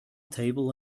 table